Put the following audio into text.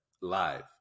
live